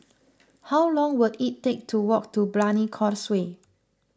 how long will it take to walk to Brani Causeway